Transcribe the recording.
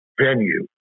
venue